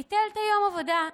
ביטל את יום העבודה,